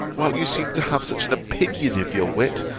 while you seem to have such an opinion of your wit,